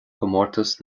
comórtas